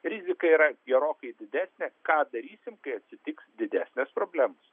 rizika yra gerokai didesnė ką darysim kai esi tik didesnės problemos